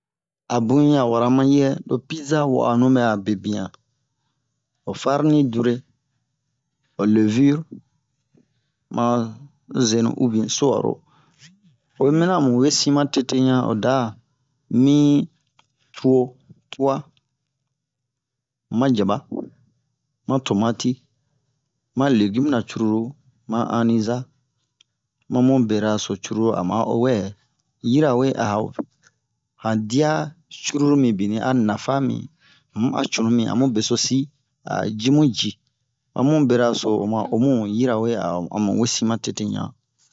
a bun un ya wara mayɛ lo pideza we'anu ɓɛ'a bebiyan ho farni dure ho levire ma zenu ubiyɛn su'aro oyi miniyan amu we sin matete ɲan o da min tuwo tuwa ma jaba ma tomati ma legumura curulu ma hanni-za mamu beraraso curulu ama o wɛ yirawe a han diya curulu mibin a nafa mii um a cunu mi amu besosi a jimu ji amu beraraso oma o mu yirawe a amu wesin matete ɲan